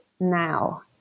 now